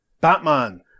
Batman